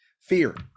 fear